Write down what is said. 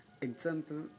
Example